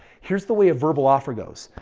here's the way of verbal offer goes.